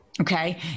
Okay